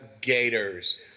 Gators